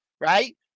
right